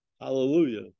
Hallelujah